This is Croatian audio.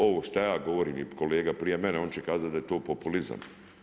Ovo što ja govorim i kolega prije mene on će kazati da je to populizam.